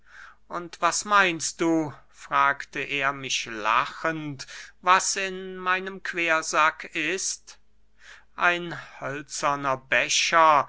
und was meinst du fragte er mich lachend was in meinem quersack ist ein hölzerner becher